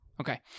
Okay